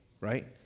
right